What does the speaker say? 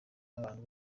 n’abantu